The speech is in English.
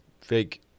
fake